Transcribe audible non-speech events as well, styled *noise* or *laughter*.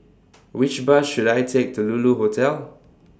*noise* Which Bus should I Take to Lulu Hotel